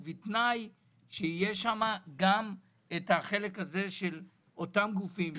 ובתנאי שיהיה שם גם את החלק של אותם גופים,